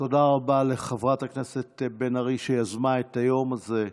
תודה רבה לחברת הכנסת בן ארי, שיזמה את היום הזה.